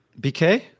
BK